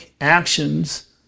actions